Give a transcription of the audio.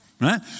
Right